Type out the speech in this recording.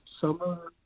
summer